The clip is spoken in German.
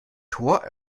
tor